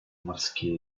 морские